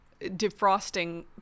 defrosting